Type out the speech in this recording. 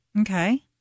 Okay